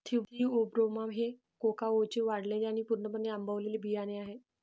Theobroma हे कोकाओचे वाळलेले आणि पूर्णपणे आंबवलेले बियाणे आहे